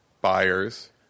buyers